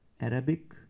Arabic